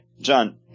John